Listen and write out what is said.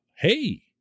hey